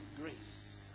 grace